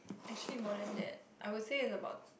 actually more than that I would say in a board